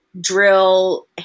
Drill